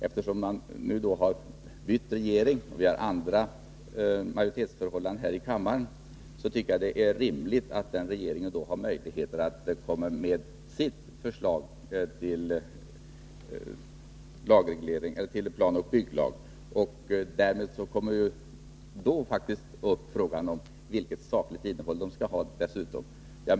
Eftersom vi nu har bytt regering och det råder andra majoritetsförhållanden här i kammaren, tycker jag att det är rimligt att den nya regeringen då får komma med sitt förslag till planoch bygglag. Därmed uppkommer frågan vilket sakinnehåll reglerna skall ha.